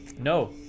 no